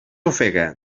ofega